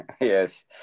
yes